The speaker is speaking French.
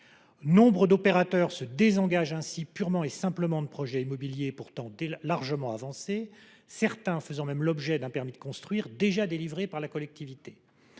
Nombre d’opérateurs se désengagent ainsi purement et simplement de projets immobiliers pourtant largement avancés, certains ayant même déjà obtenu un permis de construire par la collectivité.